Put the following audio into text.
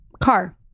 car